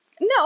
no